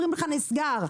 מסחר.